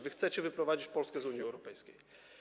Wy chcecie wyprowadzić Polskę z Unii Europejskiej.